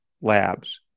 labs